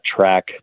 track